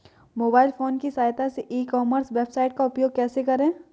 Mobile phone की सहायता से ई कॉमर्स वेबसाइट का उपयोग कैसे करें?